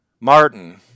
Martin